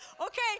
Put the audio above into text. Okay